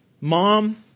mom